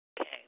Okay